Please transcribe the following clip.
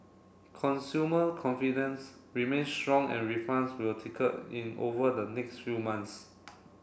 consumer confidence remain strong and refunds will trickle in over the next few months